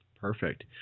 Perfect